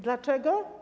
Dlaczego?